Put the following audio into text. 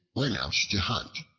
went out to hunt.